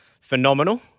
phenomenal